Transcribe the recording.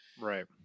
right